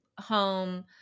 home